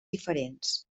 diferents